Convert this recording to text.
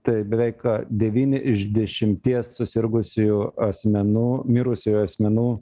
tai beveik devyni iš dešimties susirgusiųjų asmenų mirusiųjų asmenų